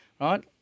right